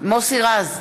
מוסי רז,